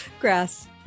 Grass